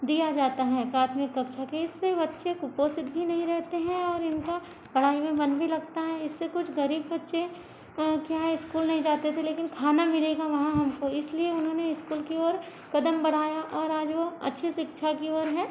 दिया जाता है प्राथमिक कक्षा के इससे बच्चे कुपोषित भी नही रहते है और इनका पढ़ाई में मन भी लगता है इससे कुछ गरीब बच्चे क्या है स्कूल नहीं जाते थे लेकिन खाना मिलेगा वहाँ हमको इसलिए उन्होंने स्कूल की ओर कदम बढ़ाया और आज वो अच्छी शिक्षा की ओर है